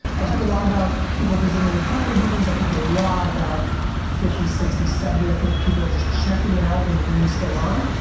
i talk a lot about people visiting retirement homes, i talk a lot about fifty sixty seventy, i think people are just checking out when the game is still on. yeah.